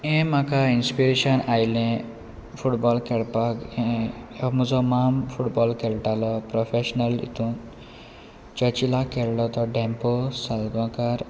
हें म्हाका इन्स्पिरेशन आयलें फुटबॉल खेळपाक हे म्हजो माम फुटबॉल खेळटालो प्रोफेशनल हितून चर्चिला खेळो तो डॅम्पो सालगांवकार